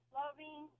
loving